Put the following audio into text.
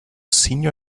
senior